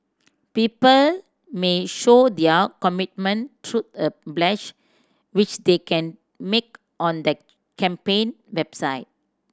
people may show their commitment through a pledge which they can make on the campaign website